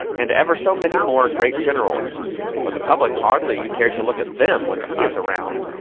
and ever so many more great generals but the public hardly care to look at them when he is around.